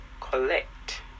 collect